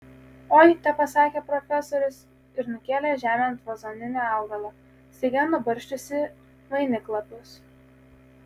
oi tepasakė profesorius ir nukėlė žemėn vazoninį augalą staiga nubarsčiusį vainiklapius